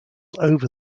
over